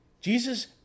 Jesus